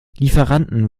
lieferanten